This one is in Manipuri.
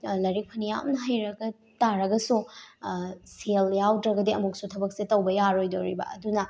ꯂꯥꯏꯔꯤꯛ ꯐꯅꯌꯥꯝꯅ ꯍꯩꯔꯒ ꯇꯥꯔꯒꯁꯨ ꯁꯦꯜ ꯌꯥꯎꯗ꯭ꯔꯒꯗꯤ ꯑꯃꯨꯛꯁꯨ ꯊꯕꯛꯁꯦ ꯇꯧꯕ ꯌꯥꯔꯣꯏꯗꯧꯔꯤꯕ ꯑꯗꯨꯅ